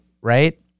right